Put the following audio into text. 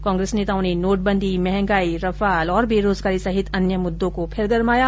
कांग्रेस नेताओं ने नोटबंदी महंगाई रफाल बेरोजगारी सहित अन्य मुद्दों को फिर गर्माया